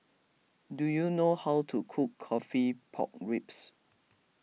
do you know how to cook Coffee Pork Ribs